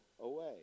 away